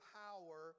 power